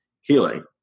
healing